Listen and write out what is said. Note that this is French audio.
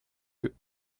yeux